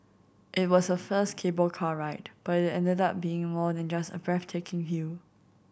it was her first cable car ride but it ended up being more than just a breathtaking view